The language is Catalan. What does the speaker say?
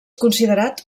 considerat